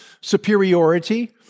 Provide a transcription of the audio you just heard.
superiority